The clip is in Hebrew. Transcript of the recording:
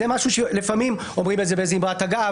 זה משהו שלפעמים אומרים באמרת אגב.